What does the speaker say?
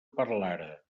parlara